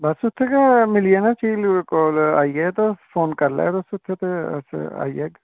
ते बस उत्थें गै मिली जाना तुस झील कोल आई जायो ते फोन करी लैयो तुस ते फोन करी लैयो